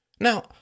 Now